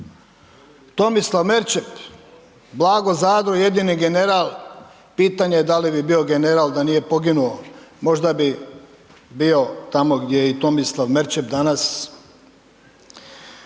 Tomislav Merčep, Blago Zadro jedini general, pitanje da li bi bio general da nije poginuo, možda bi bio tamo gdje je i Tomislav Merčep danas.